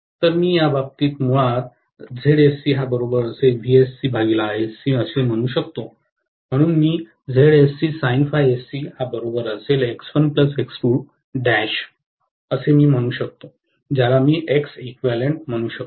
तर मी या बाबतीत मुळात असे म्हणू शकतो म्हणून मी म्हणू शकतो ज्याला मी Xeq म्हणू शकतो